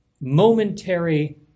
momentary